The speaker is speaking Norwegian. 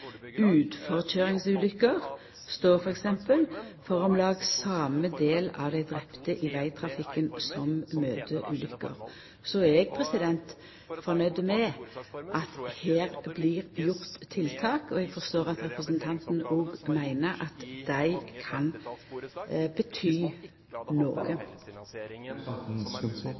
Utforkøyringsulykker står f.eks. for om lag same del av dei drepne i vegtrafikken som møteulykker. Så er eg fornøgd med at det blir gjort tiltak, og eg forstår det slik at òg representanten meiner at dei kan